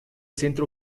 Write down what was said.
centro